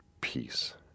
peace